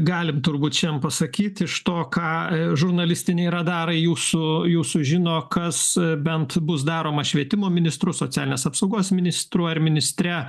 galim turbūt šiandien pasakyt iš to ką žurnalistiniai radarai jūsų jūsų žino kas bent bus daroma švietimo ministru socialinės apsaugos ministru ar ministre